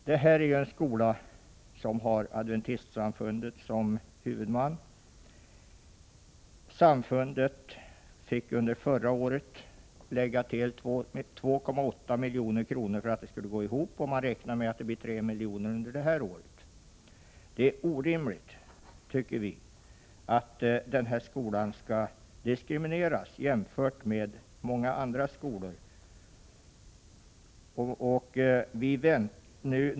Det här är en skola som har Adventistsamfundet som huvudman. Samfundet fick under förra året lägga till 2,8 milj.kr. för att verksamheten skulle gå ihop. Man räknar med att det i år behövs 3 milj.kr. Vi tycker att det är orimligt att den här skolan skall diskrimineras jämfört med många andra skolor.